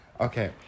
Okay